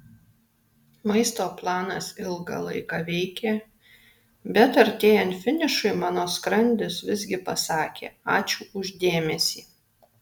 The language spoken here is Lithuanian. maisto planas ilgą laiką veikė bet artėjant finišui mano skrandis visgi pasakė ačiū už dėmesį